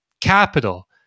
capital